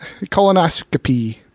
Colonoscopy